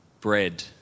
bread